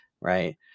right